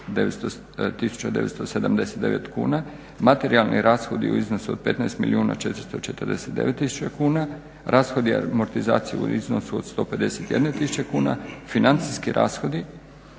979 kuna, materijalni rashodi u iznosu od 15 milijuna 449 tisuća kuna, rashodi amortizacije u iznosu od 151 tisuće kuna, financijski rashodi